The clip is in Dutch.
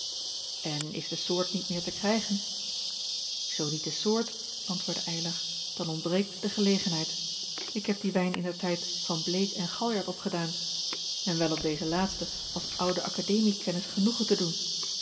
en is de soort niet meer te krijgen zoo niet de soort antwoordde eylar dan ontbreekt de gelegenheid ik heb dien wijn indertijd van bleek en galjart opgedaan en wel om dezen laatste als ouden akademiekennis genoegen te doen